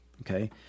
okay